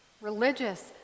Religious